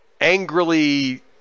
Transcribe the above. angrily